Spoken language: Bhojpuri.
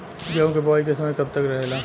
गेहूँ के बुवाई के समय कब तक रहेला?